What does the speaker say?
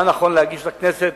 מה נכון להגיש לכנסת,